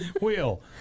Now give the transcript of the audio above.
Wheel